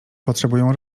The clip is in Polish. potrzebują